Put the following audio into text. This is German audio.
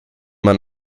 man